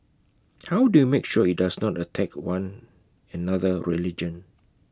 how do you make sure IT does not attack one another religion